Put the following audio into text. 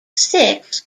six